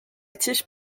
tiges